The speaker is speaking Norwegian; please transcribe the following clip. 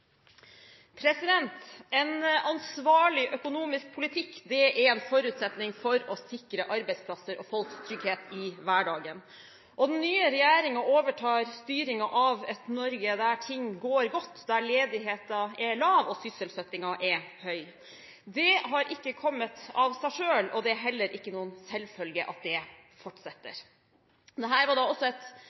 En ansvarlig økonomisk politikk er en forutsetning for å sikre arbeidsplasser og folks trygghet i hverdagen. Den nye regjeringen overtar styringen av et Norge der ting går godt; ledigheten er lav, og sysselsettingen er høy. Det har ikke kommet av seg selv, og det er heller ikke noen selvfølge at det fortsetter. Dette var også et